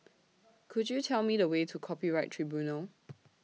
Could YOU Tell Me The Way to Copyright Tribunal